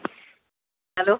hello